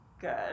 good